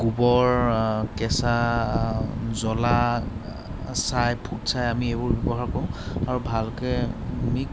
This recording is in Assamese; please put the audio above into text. গোবৰ কেঁচা জ্বলা চাই ফুটচাই আমি এইবোৰ ব্যৱহাৰ কৰোঁ আৰু ভালকৈ মি